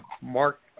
Mark